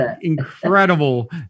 incredible